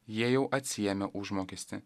jie jau atsiėmė užmokestį